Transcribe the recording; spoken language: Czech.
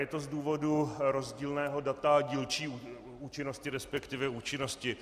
Je to z důvodu rozdílného data a dílčí účinnosti, resp. účinnosti.